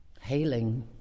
hailing